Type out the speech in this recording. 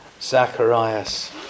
Zacharias